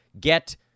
get